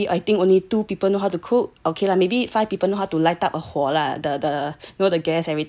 out of ten maybe I think only two people know how to cook okay lah maybe five people know how to light up a 火 lah you know the gas everything